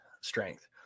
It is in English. strength